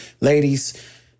ladies